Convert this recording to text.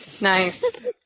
Nice